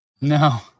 No